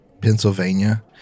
pennsylvania